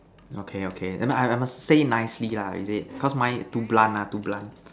okay okay then I like must say nicely lah is it cause mine too blunt lah too blunt